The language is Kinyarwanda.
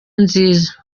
nziza